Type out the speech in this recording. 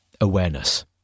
Awareness